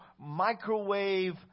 microwave